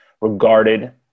regarded